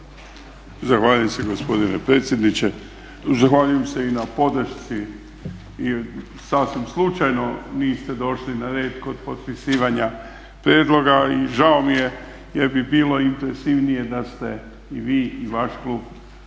Zahvaljujem se gospodine predsjedniče. Zahvaljujem se i na podršci i sasvim slučajno niste došli na red kod potpisivanja prijedloga i žao mi je jer bi bilo impresivnije da ste vi i vaš klub